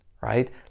right